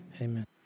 Amen